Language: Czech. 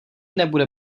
nebude